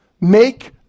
make